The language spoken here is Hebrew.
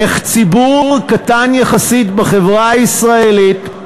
איך ציבור קטן יחסית בחברה הישראלית,